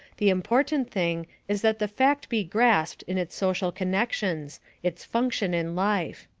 the important thing is that the fact be grasped in its social connections its function in life.